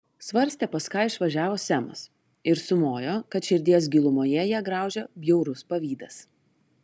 svarstė pas ką išvažiavo semas ir sumojo kad širdies gilumoje ją graužia bjaurus pavydas